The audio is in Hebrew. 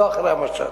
לא אחרי המשט.